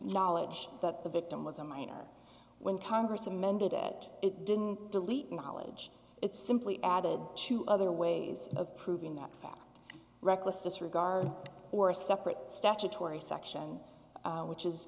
knowledge that the victim was a minor when congress amended it it didn't delete knowledge it simply added to other ways of proving that fact reckless disregard or a separate statutory section which is